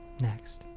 Next